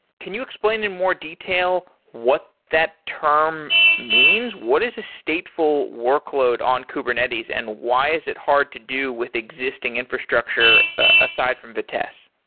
can you explain in more detail what that term means? what is a stateful workload on kubernetes and why is it hard to do with existing infrastructure aside from vitess?